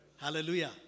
Hallelujah